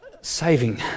saving